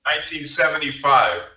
1975